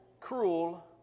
cruel